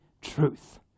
truth